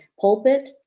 pulpit